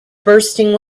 bursting